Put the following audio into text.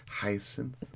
Hyacinth